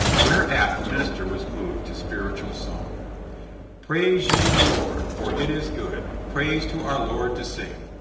whereat the minister was moved to spiritual song praise ye the lord for it is good praise to our lord to sing,